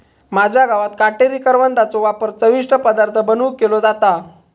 माझ्या गावात काटेरी करवंदाचो वापर चविष्ट पदार्थ बनवुक केलो जाता